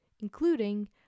including